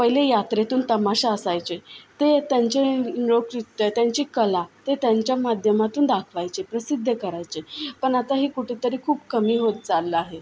पहिले यात्रेतून तमाशा असायचे ते त्यांची लोकनृत्य त्यांची कला ते त्यांच्या माध्यमातून दाखवायचे प्रसिद्ध करायचे पण आता हे कुठंतरी खूप कमी होत चाललं आहे